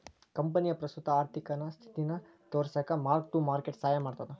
ಕಂಪನಿಯ ಪ್ರಸ್ತುತ ಆರ್ಥಿಕ ಸ್ಥಿತಿನ ತೋರಿಸಕ ಮಾರ್ಕ್ ಟು ಮಾರ್ಕೆಟ್ ಸಹಾಯ ಮಾಡ್ತದ